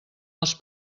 els